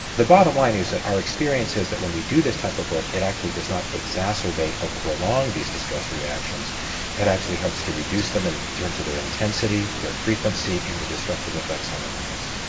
the bottom line is that our experience is that when we do this type of work it does not exacerbate or prolong these distress reactions it actually helps to reduce them in terms of their intensity, their frequency and the disruptive effects on their lives.